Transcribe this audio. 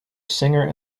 singer